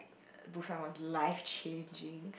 Busan was life changing